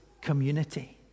community